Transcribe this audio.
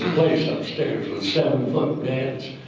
place upstairs with seven foot beds